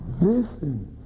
Listen